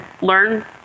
learn